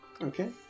okay